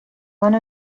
one